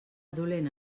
dolent